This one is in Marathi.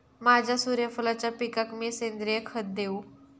माझ्या सूर्यफुलाच्या पिकाक मी सेंद्रिय खत देवू?